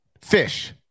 Fish